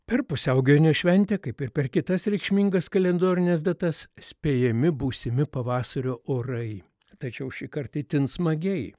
per pusiaugavėnio šventę kaip ir per kitas reikšmingas kalendorines datas spėjami būsimi pavasario orai tačiau šįkart itin smagiai